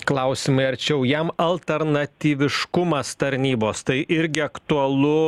klausimai arčiau jam alternatyviškumas tarnybos tai irgi aktualu